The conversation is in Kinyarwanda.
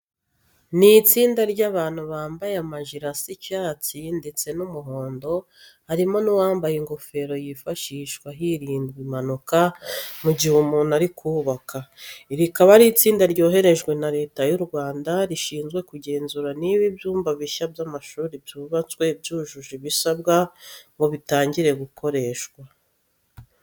Ni itsinda ry'abantu bambaye amajire asa icyatsi ndetse n'umuhondo, harimo n'uwambaye ingofero yifashishwa hirindwa impanuka mu gihe umuntu ari kubaka. Iri rikaba ari itsinda ryoherejwe na Leta y'u Rwanda rishinzwe kugenzura niba ibyumba bishya by'amashuri byubatswe byujuje ibisabwa ngo bitangire gukoreshwa.